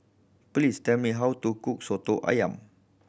please tell me how to cook Soto Ayam